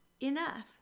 enough